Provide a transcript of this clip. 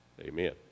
Amen